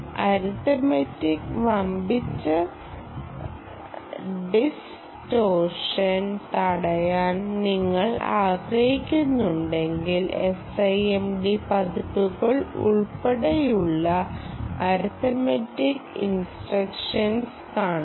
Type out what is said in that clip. അരിത്തമെറ്റികിന്റെ വമ്പിച്ച distortion തടയാൻ നിങ്ങൾ ആഗ്രഹിക്കുന്നുണ്ടെങ്കിൽ SIMD പതിപ്പുകൾ ഉൾപ്പെടെയുള്ള അരിത്തമെറ്റിക് ഇൻസ്ട്രക്ഷൻസ് കാണുന്നു